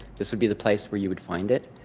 this would be the place where you would find it.